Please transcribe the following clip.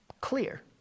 clear